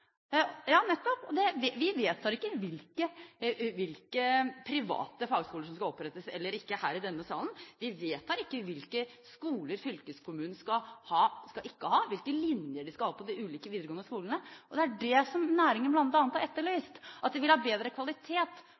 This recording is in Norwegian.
Ja, nettopp! Vi vedtar ikke her i denne salen hvilke private fagskoler som skal opprettes eller ikke. Vi vedtar ikke hvilke skoler fylkeskommunen skal ha eller ikke ha, hvilke linjer de skal ha på de ulike videregående skolene. Og det er bl.a. dette som næringen har etterlyst – de vil ha bedre kvalitet